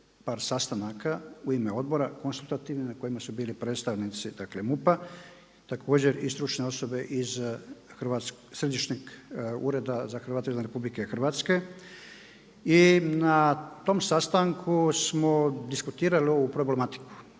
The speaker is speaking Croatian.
par sastanaka u ime odbora …/Govornik se ne razumije./… na kojima su bili predstavnici, dakle MUP-a, također i stručne osobe iz Središnjeg ureda za Hrvate izvan RH. I na tom sastanku smo diskutirali ovu problematiku.